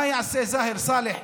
מה יעשה זאהר סאלח,